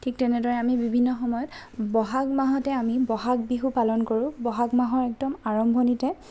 ঠিক তেনেদৰে আমি বিভিন্ন সময়ত বহাগ মাহতে আমি বহাগ বিহু পালন কৰোঁ বহাগ মাহৰ একদম আৰম্ভণিতে